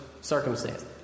circumstance